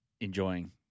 enjoying